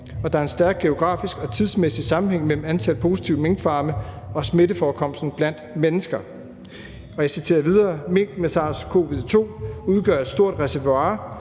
og der er en stærk geografisk og tidsmæssig sammenhæng mellem antal positive minkfarme og smitteforekomst blandt mennesker. Mink med SARS-CoV-2 udgør et stort reservoir